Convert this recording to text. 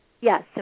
Yes